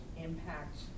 impact